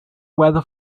weather